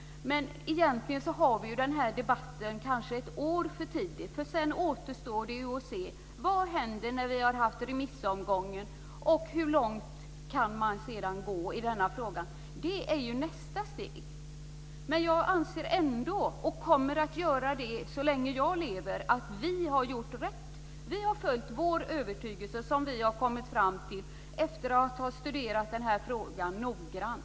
Vi har kanske egentligen den här debatten ett år för tidigt. Det återstår att se vad som händer när vi har haft remissomgången och hur långt man sedan kan gå i denna fråga. Det är nästa steg. Jag anser ändå, och kommer att göra det så länge jag lever, att vi har gjort rätt. Vi har följt vår övertygelse som vi har kommit fram till efter att ha studerat den här frågan noggrant.